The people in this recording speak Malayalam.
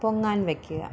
പൊങ്ങാൻ വെയ്ക്കുക